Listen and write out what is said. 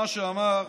למה שאמר